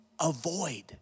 avoid